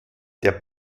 der